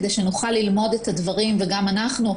כדי שנוכל ללמוד את הדברים גם אנחנו,